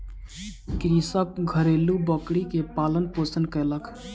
कृषक घरेलु बकरी के पालन पोषण कयलक